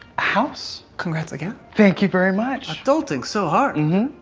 house. congrats again. thank you very much. adulting so hard! and